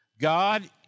God